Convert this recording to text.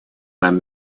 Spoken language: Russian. нам